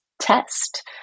test